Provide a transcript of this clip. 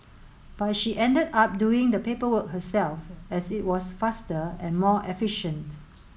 but she ended up doing the paperwork herself as it was faster and more efficient